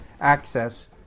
access